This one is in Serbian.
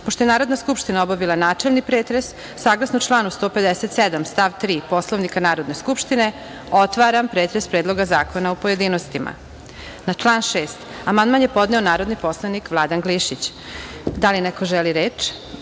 je Narodna skupština obavila načelni pretres, saglasno članu 157. stav 3. Poslovnika Narodne skupštine, otvaram pretres Predloga zakona u pojedinostima. Na član 20. amandman je podneo narodni poslanik Vladan Glišić. Vlada i Odbor